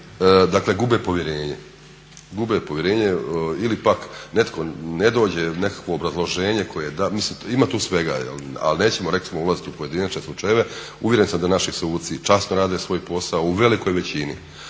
dakle gube povjerenje. Ili pak kad netko ne dođe, nekakvo obrazloženje koje je, mislim ima tu svega. Ali nećemo rekli smo ulaziti u pojedinačne slučajeve. Uvjeren sam da naši suci časno rade svoj posao, u velikoj većini.